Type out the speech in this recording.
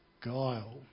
guile